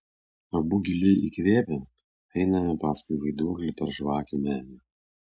abu giliai įkvėpę einame paskui vaiduoklį per žvakių menę